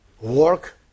work